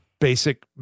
basic